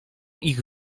ich